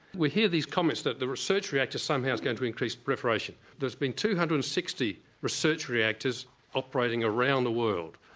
we hear these comments that the research reactor some how's going to increase proliferation, there's been two hundred and sixty research reactors operating around the world.